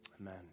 Amen